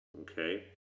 okay